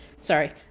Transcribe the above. sorry